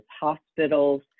hospitals